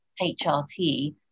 HRT